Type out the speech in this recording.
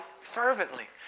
fervently